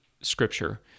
Scripture